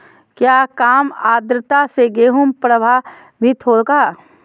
क्या काम आद्रता से गेहु प्रभाभीत होगा?